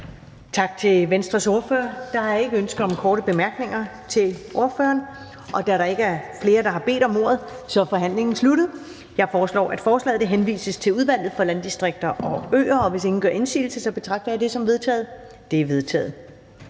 Tak til Venstres ordfører. Der er ikke ønske om kort bemærkninger, og da der ikke er flere, der har bedt om ordet, er forhandlingen sluttet. Jeg foreslår, at forslaget henvises til Udvalget for Landdistrikter og Øer, og hvis ingen gør indsigelse, betragter jeg det som vedtaget. Det er vedtaget.